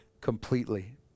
completely